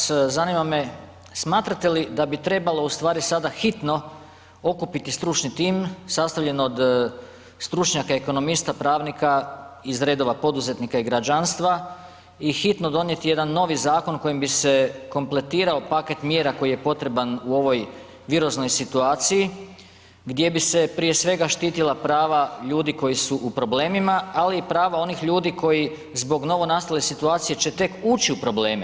Kolega Maras zanima me smatrate li da bi trebalo u stvari sada hitno okupiti stručni tim sastavljen od stručnjaka ekonomista, pravnika iz redova poduzetnika i građanstva i hitno donijeti jedan novi zakon kojim bi se kompletirao paket mjera koji je potreban u ovoj viroznoj situaciji, gdje bi se prije svega štitila prava ljudi koji su u problemima, ali i prava onih ljudi koji zbog novonastale situacije će tek ući u probleme.